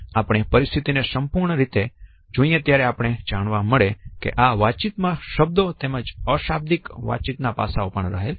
આપણે પરિસ્થિતિને સંપૂર્ણ રીતે જોઈએ ત્યારે જાણવા મળે કે આ વાતચીત માં શબ્દો તેમજ અશાબ્દિક વાતચીત ના પાસાંઓ પણ રહેલ છે